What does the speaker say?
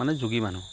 মানে যোগী মানুহ